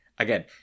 Again